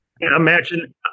imagine